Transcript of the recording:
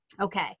Okay